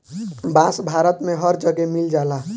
बांस भारत में हर जगे मिल जाला